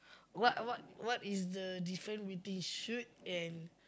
what what what is the different between shoot and